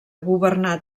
governar